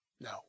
No